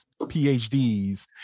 phds